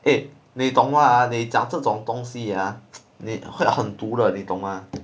eh 你懂吗你讲这种东西啊你会很毒的你懂吗